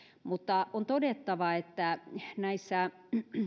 mutta on todettava että näissä